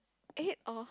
eh orh